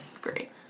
great